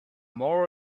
more